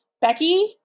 Becky